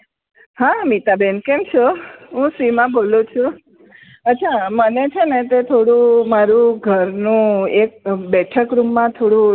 હા નીતાબેન કેમ છો હું સીમા બોલું છું અચ્છા મને છે ને કે થોડું મારું ઘરનું એક બેઠકરૂમમાં થોડું